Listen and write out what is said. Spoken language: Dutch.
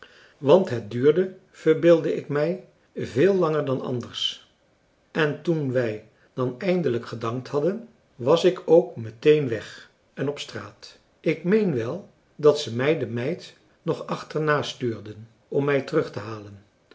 want het duurde verbeeldde ik mij veel langer dan anders en toen wij dan eindelijk gedankt hadden was ik ook meteen weg en op straat ik meen wel dat ze mij de meid nog achternastuurden om mij terug te halen